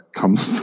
comes